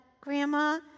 Grandma